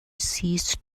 ceased